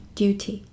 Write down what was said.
duty